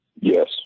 Yes